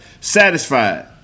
satisfied